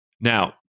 Now